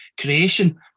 creation